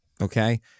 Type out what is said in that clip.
okay